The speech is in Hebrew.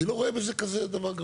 אני לא רואה בזה כזה דבר גרוע.